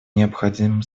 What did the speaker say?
необходимым